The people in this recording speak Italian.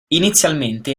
inizialmente